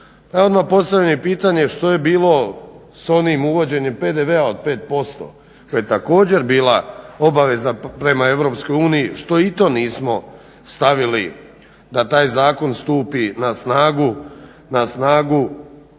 Odmah postavljam pitanje što je bilo s onim uvođenjem PDV-a od 5% što je također bila obaveza prema EU što i to nismo stavili da taj zakon stupi na snagu danom